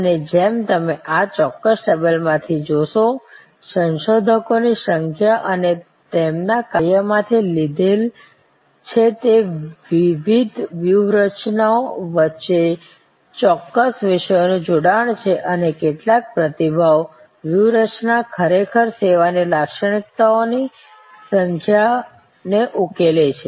અને જેમ તમે આ ચોક્કસ ટેબલ માંથી જોશો સંશોધકોની સંખ્યા અને તેમના કાર્યમાંથી લીધેલ છે તે વિવિધ વ્યૂહરચનાઓ વચ્ચે ચોક્કસ વિષયોનું જોડાણ છે અને કેટલીક પ્રતિભાવ વ્યૂહરચના ખરેખર સેવાની લાક્ષણિકતાઓની સંખ્યાને ઉકેલે છે